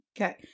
okay